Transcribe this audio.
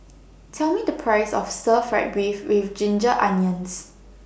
Tell Me The Price of Stir Fry Beef with Ginger Onions